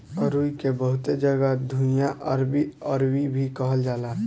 अरुई के बहुते जगह घुइयां, अरबी, अरवी भी कहल जाला